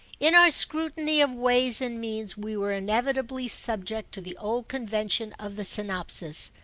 in our scrutiny of ways and means we were inevitably subject to the old convention of the synopsis,